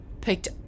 picked